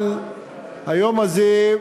אבל היום הזה,